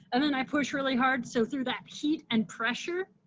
and then i push really hard. so through that heat and pressure,